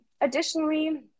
Additionally